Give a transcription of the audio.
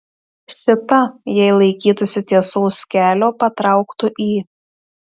šita jei laikytųsi tiesaus kelio patrauktų į